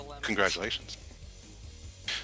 Congratulations